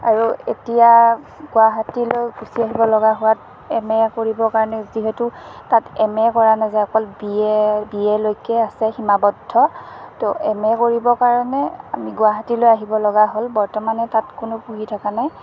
আৰু এতিয়া গুৱাহাটীলৈ গুচি আহিব লগা হোৱাত এম এ কৰিবৰ কাৰণে যিহেতু তাত এম এ কৰা নাযায় অকল বি এ বি এ লৈকে আছে সীমাৱদ্ধ ত' এম এ কৰিবৰ কাৰণে আমি গুৱাহাটীলৈ আহিব লগা হ'ল বৰ্তমানে তাত কোনো পঢ়ি থকা নাই